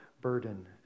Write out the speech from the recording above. burden